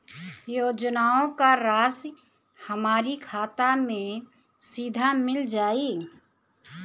योजनाओं का राशि हमारी खाता मे सीधा मिल जाई?